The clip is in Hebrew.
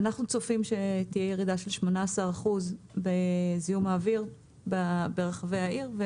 ואנחנו צופים שתהיה ירידה של 18% בזיהום האוויר ברחבי העיר.